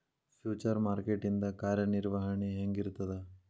Future market ಇಂದ್ ಕಾರ್ಯನಿರ್ವಹಣಿ ಹೆಂಗಿರ್ತದ?